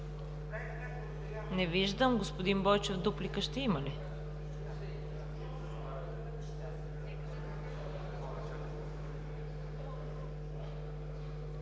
Не виждам. Господин Бойчев, дуплика ще има ли?